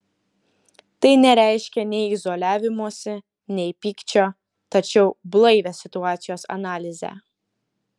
tai nereiškia nei izoliavimosi nei pykčio tačiau blaivią situacijos analizę